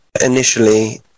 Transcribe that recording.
initially